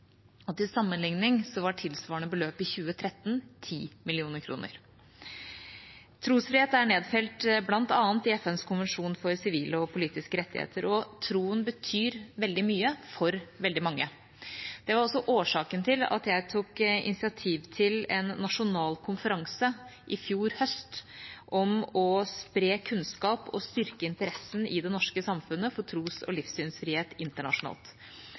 og til sammenligning var tilsvarende beløp i 2013 10 mill. kr. Trosfrihet er nedfelt bl.a. i FNs konvensjon for sivile og politiske rettigheter, og troen betyr veldig mye for veldig mange. Det var også årsaken til at jeg i fjor høst tok initiativ til en nasjonal konferanse om å spre kunnskap og styrke interessen i det norske samfunnet for tros- og livssynsfrihet internasjonalt.